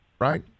Right